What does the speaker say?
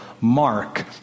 Mark